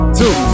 two